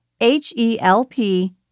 H-E-L-P